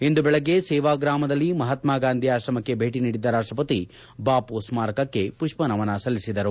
ಇಂದು ಬೆಳಗ್ಗೆ ಸೇವಾ ಗ್ರಾಮದಲ್ಲಿ ಮಹಾತ್ಮಗಾಂಧಿ ಆಕ್ರಮಕ್ಕೆ ಭೇಟಿ ನೀಡಿದ್ದ ರಾಷ್ಷಪತಿ ಬಾಪು ಸ್ಮಾರಕಕ್ಕೆ ಮಷ್ಪನಮನ ಸಲ್ಲಿಸಿದರು